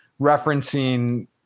referencing